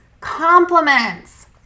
compliments